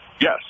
Yes